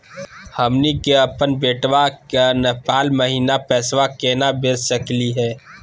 हमनी के अपन बेटवा क नेपाल महिना पैसवा केना भेज सकली हे?